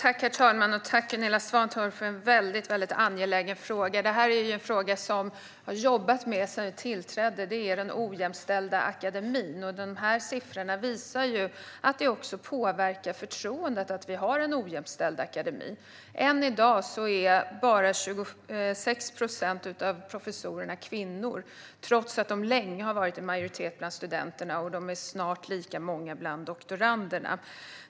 Herr talman! Tack, Gunilla Svantorp, för en väldigt angelägen fråga! Detta är en fråga som vi har jobbat med sedan vi tillträdde - den ojämställda akademin. Siffrorna visar att det påverkar förtroendet att vi har en ojämställd akademi. Än i dag är bara 26 procent av professorerna kvinnor trots att kvinnor länge har varit i majoritet bland studenterna och snart är lika många bland doktoranderna.